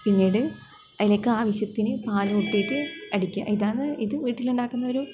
പിന്നീട് അതിലേക്ക് ആവശ്യത്തിന് പാൽ ഇട്ടിട്ട് അടിക്ക ഇതാണ് ഇത് വീട്ടിലുണ്ടാക്കുന്ന ഒരു